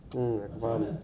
mm